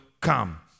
come